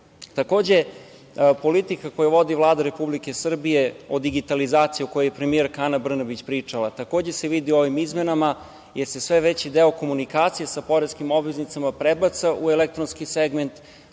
poslova. Takođe, politika koju vodi Vlada Republike Srbije o digitalizaciji o kojoj je premijerka Ana Brbanić pričala, takođe se vidi u ovim izmenama, jer se sve veći deo komunikacija sa poreskim obveznicama prebacuje u elektronski segment,